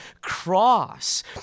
cross